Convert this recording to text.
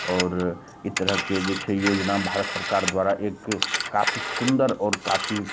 आओर ई तरहके जे छै योजना भारत सरकार द्वारा एक काफी सुन्दर आओर काफी